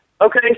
Okay